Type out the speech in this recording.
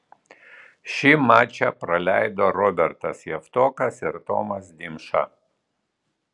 šį mačą praleido robertas javtokas ir tomas dimša